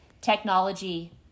technology